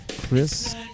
Chris